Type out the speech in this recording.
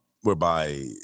whereby